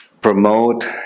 promote